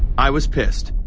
i was pissed.